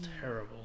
terrible